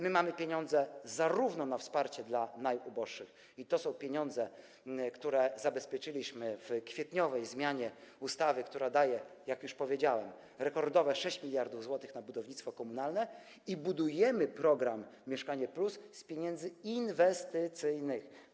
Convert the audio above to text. My mamy pieniądze zarówno na wsparcie dla najuboższych, i to są pieniądze, które zabezpieczyliśmy w kwietniowej zmianie ustawy, która daje, jak już powiedziałem, rekordowe 6 mld zł na budownictwo komunalne, i budujemy program „Mieszkanie+” z pieniędzy inwestycyjnych.